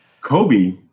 Kobe